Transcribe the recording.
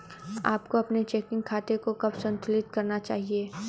आपको अपने चेकिंग खाते को कब संतुलित करना चाहिए?